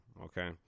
Okay